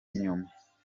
inyuma